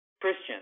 Christian